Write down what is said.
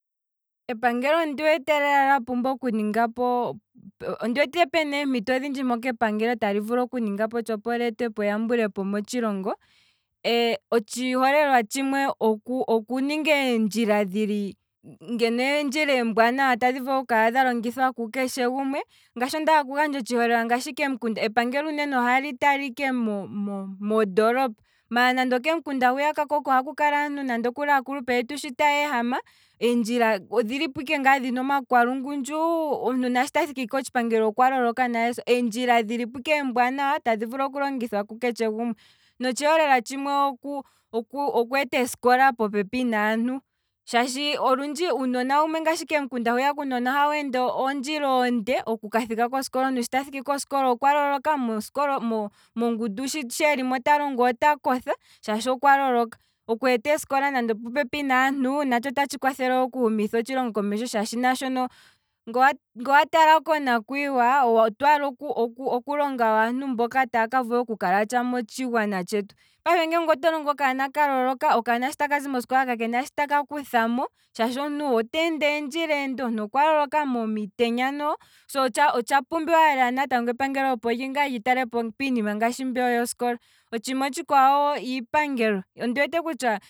Epangelo ondi wete lela lya pumbwa okuningapo, ondi wete pena eempito odhindji moka epangelo tali vulu oku ningapo tsha opo leetepo eyambulepo motshilongo, ee, otshi holelwa tshimwe, okuninga eendjila dhili, ngeno eendjila eembwanawa tadhi vulu oku kala dha longithwa ku keshe gumwe. ngaashi komikunda, epangelo uunene ohali tala ike mo- mo- mondoolopa, nande okem'kunda hwiya kooko haku kala aantu nande aakulupe yetu sho taya ehama, eendjila odhi lipo ike dhina omakwalungundju ndele omuntu shi tathiki kotshipangelo okwa loloka nale, eendjila dhi lipo ike eembwanawa tadhi vulu oku longithwa ku keshe gumwe, notshi holelwa thsimwe oku- oku- okweeta eesikola popepi naantu, shaashi olundji uunona wumwe ngashi kem'kunda hwiya ohawu ende eendjila eende oku kathika kosikola, omuntu shi taka thika kosikola okwa loloka, mo- mo- mongundu sho elimo ta longwa ota kotha shaashi okwa loloka, okweeta eesikolanande opo pepi naantu natsho otshi kwathele okushumitha otshilongo komesho, shaashi naashono nge owa tala konakwiiwa, otwaala oku- oku- okulonga aantu mba taya kavula oku kala tsha motshigwana tshetu, payife nge oto longo okanona ka loloka, okanona sho taka zi mosikola kakena sho taka kuthamo, oteende eendjila eende, omuntu okwa loloka momitenya noho, so, otsha pumbiwa lela epangelo opo li talepo piinima mbyono yosikola, otshiima tshikwawo iipangelo